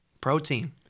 Protein